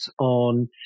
on